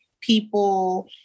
people